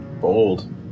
Bold